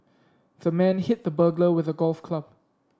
the man hit the burglar with a golf club